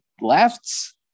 left